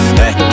hey